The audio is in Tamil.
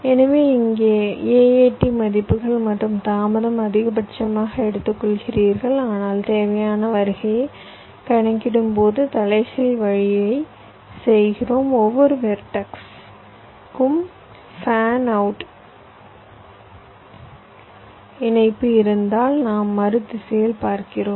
எனவே இங்கே AAT மதிப்புகள் மற்றும் தாமதம் அதிகபட்சமாக எடுத்துக்கொள்கிறீர்கள் ஆனால் தேவையான வருகையை கணக்கிடும்போது தலைகீழ் வழியைச் செய்கிறோம் ஒவ்வொரு வெர்டெக்ஸு V க்கும் ஃபேன் அவுட் இணைப்பு இருந்தால் நாம் மறு திசையில் பார்க்கிறோம்